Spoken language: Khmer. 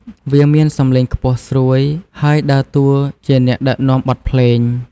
វាមានសំឡេងខ្ពស់ស្រួយ ហើយដើរតួជាអ្នកដឹកនាំបទភ្លេង។